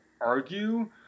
argue